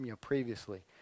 previously